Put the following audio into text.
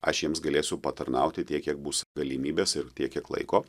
aš jiems galėsiu patarnauti tiek kiek bus galimybės ir tiek kiek laiko